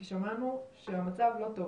כי שמענו שהמצב לא טוב.